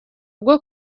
bwo